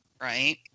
Right